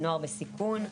בנוער בסיכון,